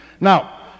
Now